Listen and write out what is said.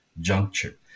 juncture